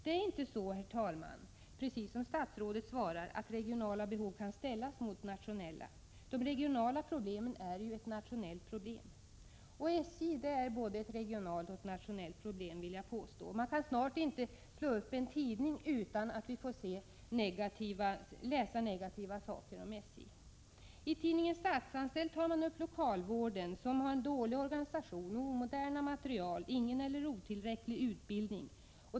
Det är inte så, herr talman, att regionala behov, precis som statsrådet säger i sitt svar, kan ställas mot nationella. De regionala problemen är ju ett nationellt problem. Jag vill påstå att SJ är både ett nationellt och ett regionalt problem. Man kan snart inte slå upp en tidning utan att få läsa negativa saker om SJ. I tidningen Statsanställd tar man upp lokalvården, där det är dålig organisation, omodern materiel, ingen eller otillräcklig utbildning.